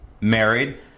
married